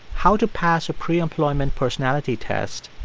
how to pass a pre-employment personality test,